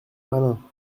malin